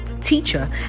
teacher